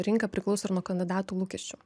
rinka priklauso ir nuo kandidatų lūkesčių